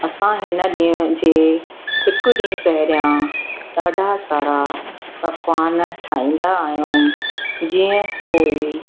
असां हिन ॾींहं जे हिकु ॾींहुं पहिरियों ॾाढा सारा पकवान ठाहींदा आहियूं जीअं कोई